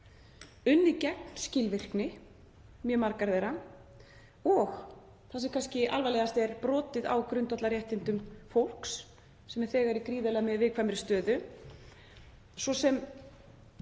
unnið gegn skilvirkni, mjög margar þeirra, og, það sem er kannski alvarlegast, brotið á grundvallarréttindum fólks sem er þegar í gríðarlega viðkvæmri stöðu,